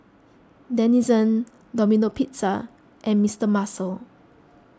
Denizen Domino Pizza and Mister Muscle